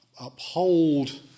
uphold